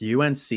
UNC